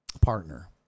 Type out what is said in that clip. partner